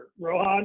Rohan